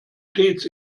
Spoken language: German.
stets